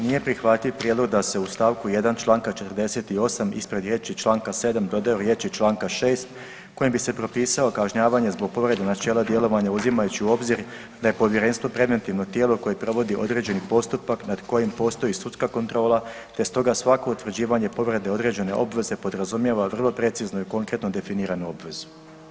Nije prihvatljiv prijedlog da se u stavku 1. Članka 48. ispred riječi Članka 7. dodaju riječi Članka 6. kojem bi propisao kažnjavanje zbog povrede načela djelovanja uzimajući u obzir da je povjerenstvo preventivno tijelo koje provodi određeni postupak nad kojim postoji sudska kontrola te stoga svako utvrđivanje povrede određene obveze podrazumijeva vrlo precizno i konkretno definiranu obvezu.